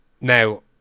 Now